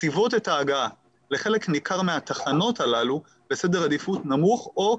מציבות את ההגעה לחלק ניכר מהתחנות הללו בסדר עדיפות נמוך או,